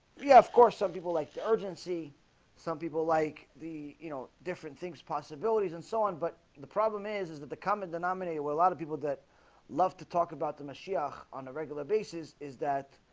yeah, of course some people like the urgency some people like the you know different things possibilities and so on but the problem is is that the common denominator were a lot of people that love to talk about the messiah on a regular basis is that?